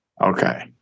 Okay